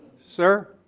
sir,